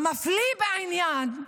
המפליא בעניין הוא